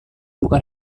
bukan